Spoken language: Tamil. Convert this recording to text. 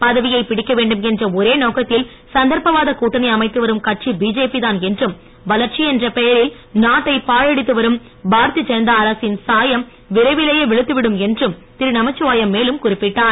பதவியை பிடிக்க வேண்டும் என்ற ஒரே நோக்கத்தில் சந்தர்ப்பவாத கூட்டணி அமைத்து வரும் கட்சி பிஜேபி தான் என்றும் வளர்ச்சி என்ற பெயரில் நாட்டை பாழடித்து வரும் பாரதிய ஜனதா அரசின் சாயம் விரைவிலேயே வெளுத்து விடும் என்றும் திரு நமச்சிவாயம் மேலும் குறிப்பிட்டார்